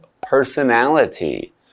personality